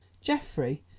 geoffrey,